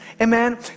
Amen